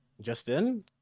Justin